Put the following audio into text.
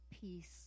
peace